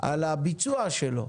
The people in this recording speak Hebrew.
על הביצוע שלו.